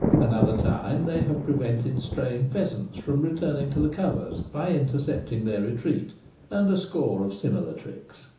another time they have prevented straying pheasants from returning to the covers by intercepting their retreat and a score of similar tricks.